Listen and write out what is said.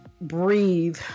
Breathe